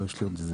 לא, יש לי עוד.